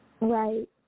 right